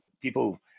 people